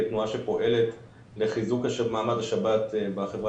כתנועה שפועלת לחיזוק מעמד השבת בחברה